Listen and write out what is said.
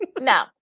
no